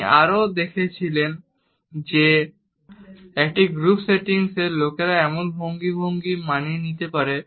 তিনি আরও দেখেছেন যে একটি গ্রুপ সেটিংয়ে লোকেরা এমন ভঙ্গিগুলি মানিয়ে নিতে পারে